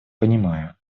понимаю